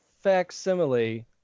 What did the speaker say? facsimile